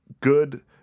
good